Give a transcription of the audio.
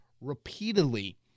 repeatedly